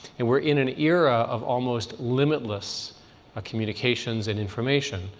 and we're in an era of almost limitless communications and information,